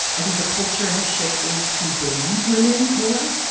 i think the culture has shifted to believe women more.